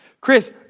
Chris